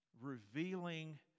revealing